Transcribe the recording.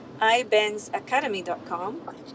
iBenzAcademy.com